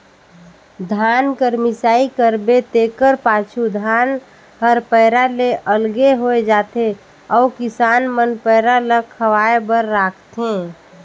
धान कर मिसाई करबे तेकर पाछू धान हर पैरा ले अलगे होए जाथे अउ किसान मन पैरा ल खवाए बर राखथें